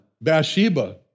Bathsheba